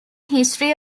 history